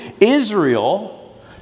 Israel